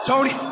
Tony